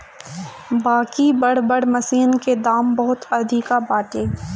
बाकि बड़ बड़ मशीन के दाम बहुते अधिका बाटे